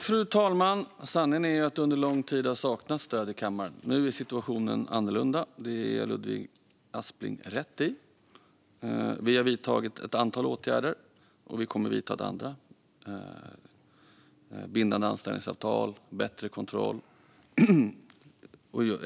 Fru talman! Sanningen är ju att det under lång tid har saknats stöd i kammaren. Nu är situationen annorlunda. Det ger jag Ludvig Aspling rätt i. Vi har vidtagit ett antal åtgärder, och vi kommer att vidta andra. Det handlar om bindande anställningsavtal och bättre kontroll.